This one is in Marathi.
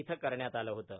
इथं करण्यात आलं होतं